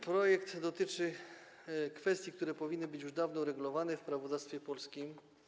Projekt dotyczy kwestii, które powinny być już dawno uregulowane w prawodawstwie polskim.